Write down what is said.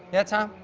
yes, tom?